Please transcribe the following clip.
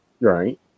Right